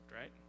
right